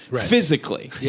physically